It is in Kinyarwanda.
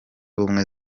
ubumwe